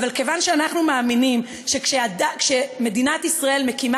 אבל כיוון שאנחנו מאמינים שכשמדינת ישראל מקימה